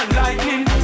lightning